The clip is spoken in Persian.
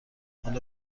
حالا